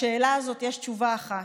לשאלה הזאת יש תשובה אחת,